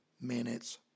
minutes